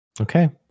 okay